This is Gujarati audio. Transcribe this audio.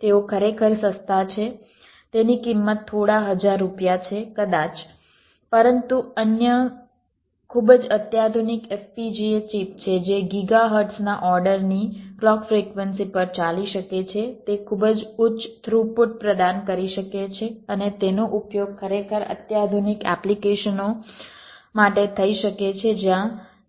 તેઓ ખરેખર સસ્તા છે તેની કિંમત થોડા હજાર રૂપિયા છે કદાચ પરંતુ અન્ય ખૂબ જ અત્યાધુનિક FPGA ચિપ છે જે ગીગા હર્ટ્ઝના ઓર્ડર ની ક્લૉક ફ્રીક્વન્સી પર ચાલી શકે છે તે ખૂબ જ ઉચ્ચ થ્રુપુટ પ્રદાન કરી શકે છે અને તેનો ઉપયોગ ખરેખર અત્યાધુનિક એપ્લિકેશનો માટે થઈ શકે છે જ્યાં